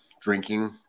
drinking